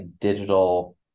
digital